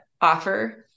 offer